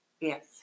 Yes